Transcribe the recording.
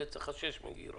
ויוצא לך שש מגרות.